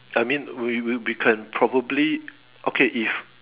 I mean we would we can probably okay if